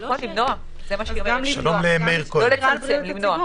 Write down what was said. נכון, זה מה שהיא אומרת, לא לצמצם, למנוע